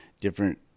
different